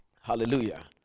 hallelujah